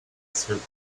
through